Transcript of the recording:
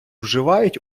вживають